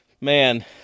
man